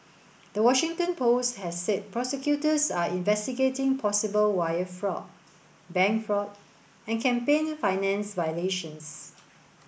the Washington Post has said prosecutors are investigating possible wire fraud bank fraud and campaign finance violations